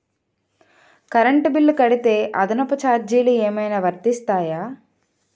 Current bill కడితే అదనపు ఛార్జీలు ఏమైనా వర్తిస్తాయా?